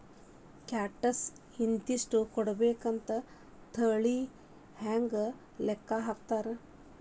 Tax ಇಂತಿಷ್ಟ ಕೊಡ್ಬೇಕ್ ಅಂಥೇಳಿ ಹೆಂಗ್ ಲೆಕ್ಕಾ ಹಾಕ್ತಾರ?